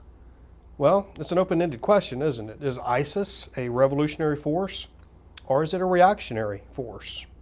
well it's an open-ended question, isn't it? is isis a revolutionary force or is it a reactionary force?